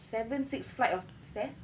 seven six flight of stairs